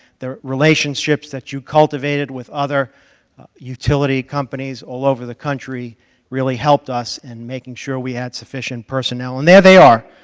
the relationships that you cultivated with other utility companies all over the country really helped us in making sure we had sufficient personnel, and there they are,